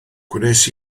gwnes